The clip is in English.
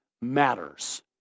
matters